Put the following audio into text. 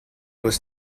was